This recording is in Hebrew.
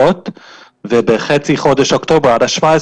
ה-17,